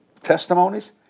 testimonies